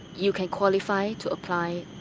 you can qualify to apply